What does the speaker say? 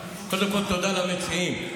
קודם כול תודה למציעים.